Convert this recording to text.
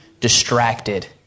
distracted